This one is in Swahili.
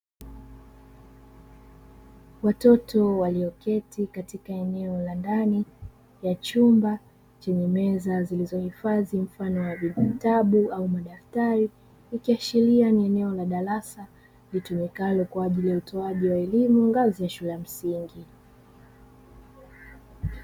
Watoto walioketi katika eneo la ndani ya chumba, chenye meza zilizohifadhi mfano wa vitabu au madaftari, ikiashiria ni eneo la darasa litumikalo kwa ajili ya utoaji wa elimu ngazi ya shule ya msingi.